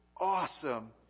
awesome